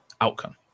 outcome